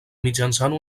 mitjançant